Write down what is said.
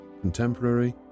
contemporary